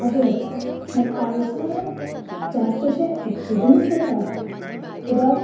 अशें जाता मागीर पावसांत जास्तशे एक्सीडंट्स जातात कित्याक